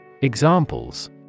Examples